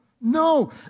no